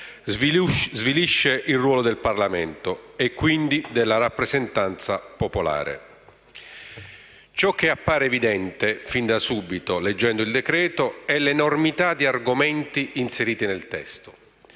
e decreti-legge, svilisce il ruolo del Parlamento e, quindi, della rappresentanza popolare. Ciò che appare evidente fin da subito, leggendo il testo, è l'enormità di argomenti inseriti: una sorta